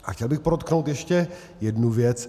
A chtěl bych podotknout ještě jednu věc.